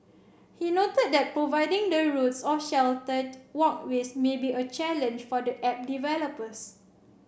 he noted that providing the routes of sheltered walkways may be a challenge for the app developers